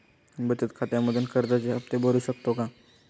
बचत खात्यामधून कर्जाचे हफ्ते भरू शकतो का?